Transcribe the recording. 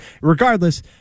Regardless